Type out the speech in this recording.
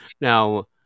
Now